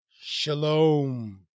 Shalom